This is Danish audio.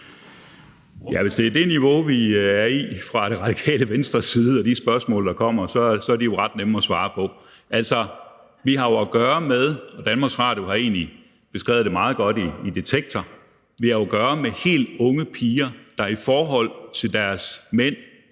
Hvis det er det niveau, vi er på, i forhold til Det Radikale Venstre, altså de spørgsmål, der kommer, så er de jo ret nemme at svare på. Altså, vi har jo at gøre – og Danmarks Radio har egentlig beskrevet det meget godt i Detektor – med helt unge piger, der i forhold til deres mænd